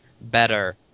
better